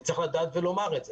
וצריך לדעת ולומר את זה.